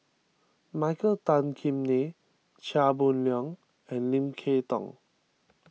Michael Tan Kim Nei Chia Boon Leong and Lim Kay Tong